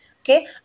Okay